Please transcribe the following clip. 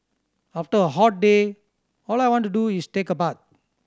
after a hot day all I want to do is take a bath